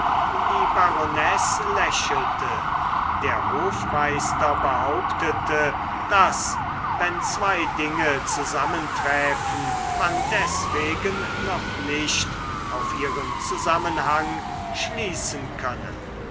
die baronesse lächelte der hofmeister behauptete daß wenn zwei dinge zusammenträfen man deswegen noch nicht auf ihren zusammenhang schließen könne